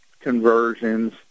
conversions